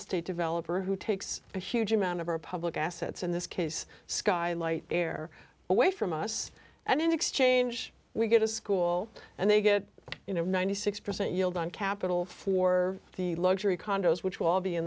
estate developer who takes a huge amount of our public assets in this case sky light air away from us and in exchange we get a school and they get ninety six percent yield on capital for the luxury condos which will be in